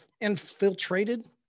infiltrated